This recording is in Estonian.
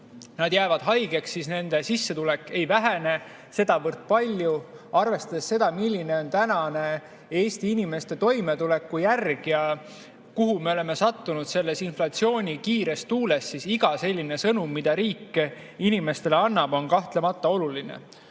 nad jäävad haigeks, siis nende sissetulek ei vähene sedavõrd palju. Arvestades seda, milline on Eesti inimeste toimetulekujärg ja kuhu me oleme sattunud selles inflatsiooni kiires tuules, on iga selline sõnum, mis riik inimestele annab, kahtlemata oluline. Küll